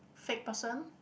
fake person